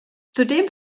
zudem